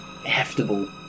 heftable